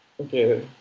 okay